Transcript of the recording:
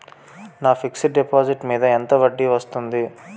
నా fixed deposit మీద ఎంత వడ్డీ వస్తుంది?